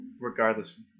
regardless